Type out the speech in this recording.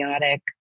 chaotic